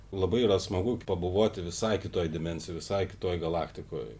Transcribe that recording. labai yra smagu pabuvoti visai kitoj dimensijoj visai kitoj galaktikoj